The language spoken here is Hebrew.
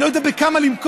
אני לא יודע בכמה למכור,